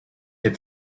had